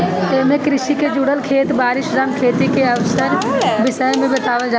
एमे कृषि के जुड़ल खेत बारी, श्रम, खेती के अवजार के विषय में बतावल जाला